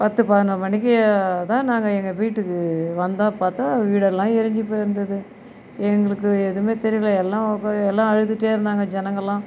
பத்து பதினொரு மணிக்கு தான் நாங்கள் எங்கள் வீட்டுக்கு வந்தோம் பார்த்தா வீடெல்லாம் எரிஞ்சு போயிருந்தது எங்களுக்கு எதுவுமே தெரியல எல்லாம் எல்லாம் அழுதுகிட்டே இருந்தாங்க ஜனங்களெலாம்